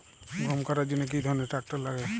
গম কাটার জন্য কি ধরনের ট্রাক্টার লাগে?